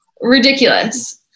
ridiculous